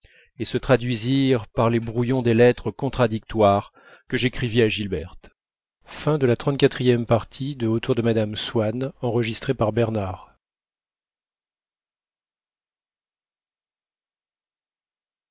et se traduisirent par les brouillons de lettres contradictoires que j'écrivis à gilberte